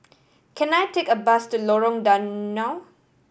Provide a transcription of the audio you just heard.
can I take a bus to Lorong Danau